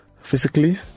Physically